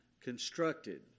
constructed